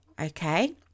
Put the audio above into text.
okay